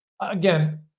Again